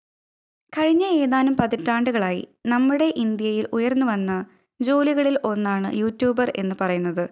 കഴിഞ്ഞ ഏതാനും പതിറ്റാണ്ടുകളായി നമ്മുടെ ഇന്ത്യയില് ഉയര്ന്ന് വന്ന ജോലികളില് ഒന്നാണ് യൂറ്റൂബര് എന്ന് പറയുന്നത്